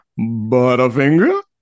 Butterfinger